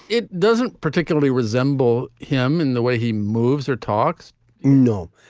it doesn't particularly resemble him in the way he moves or talks no,